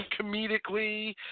comedically